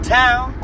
town